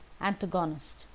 antagonist